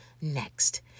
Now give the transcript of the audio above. next